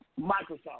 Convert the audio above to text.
Microsoft